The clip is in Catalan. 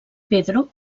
pedro